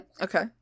Okay